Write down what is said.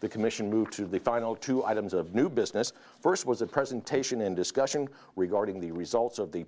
the commission moved to the final two items of new business first was a presentation and discussion regarding the results of the